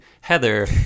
Heather